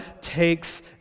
takes